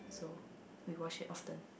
so we wash it often